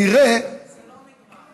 זה לא נגמר.